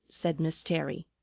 said miss terry.